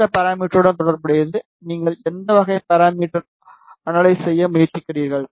அடுத்தது பாராமீட்டருடன் தொடர்புடையது நீங்கள் எந்த வகை பாராமீட்டரை அனலைஸ் செய்ய முயற்சிக்கிறீர்கள்